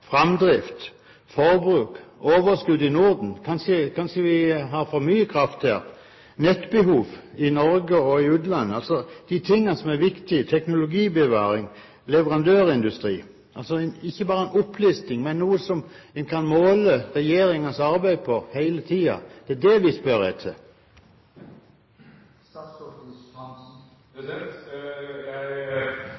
framdrift, forbruk, overskudd i Norden – kanskje vi har for mye kraft her – nettbehov i Norge og i utlandet, teknologibevaring og leverandørindustri, altså de tingene som er viktige – ikke bare en opplisting, men noe som en kan måle regjeringens arbeid på hele tiden. Det er det vi spør